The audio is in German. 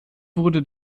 wurde